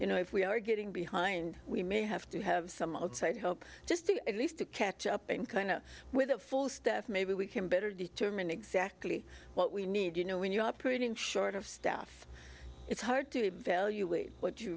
you know if we are getting behind we may have to have some outside help just to at least to catch up in kind of with a full staff maybe we can better determine exactly what we need you know when you're operating short of staff it's hard to evaluate what you